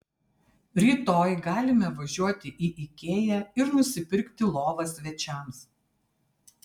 rytoj galime važiuoti į ikea ir nusipirkti lovą svečiams